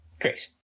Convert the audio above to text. Great